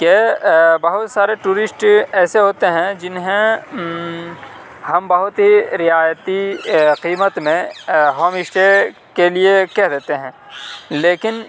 کہ بہت سارے ٹورسٹ ایسے ہوتے ہیں جنہیں ہم بہت ہی رعایتی قیمت میں ہوم اسٹے کے لیے کہہ دیتے ہیں لیکن